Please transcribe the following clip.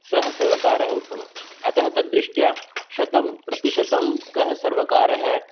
सः सर्वकारः उत्तमः अतः तद्दृष्ट्या शतं प्रतिशतं कः सर्वकारः